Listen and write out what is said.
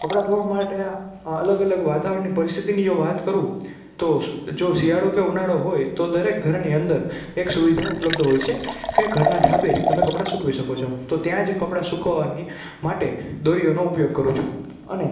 કપડાં ધોવા માટે અલગ અલગ વાતાવરણની પરિસ્થિતિની જો વાત કરું તો જો શિયાળો કે ઉનાળો હોય તો દરેક ઘરની અંદર એક સુવિધા ઉપલબ્ધ હોય છે કે ઘરના ધાબે તમે કપડાં સૂકવી શકો છો તો ત્યાં જે કપડાં સૂકવવા માટે દોરીઓનો ઉપયોગ કરું છું અને